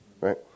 right